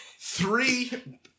Three